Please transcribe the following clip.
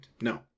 No